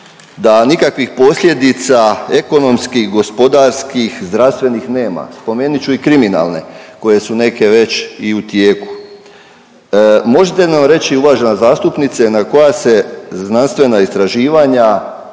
da nikakvih posljedica ekonomskih, gospodarskih, zdravstvenih nema, spomenut ću i kriminalne koje su neke već i u tijeku. Možete nam reći uvažena zastupnice na koja se znanstvena istraživanja